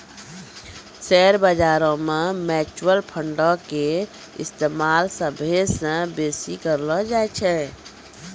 share बजारो मे mutual फंडो के इस्तेमाल सभ्भे से बेसी करलो जाय छै